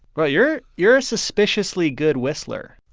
but you're you're a suspiciously good whistler